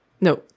No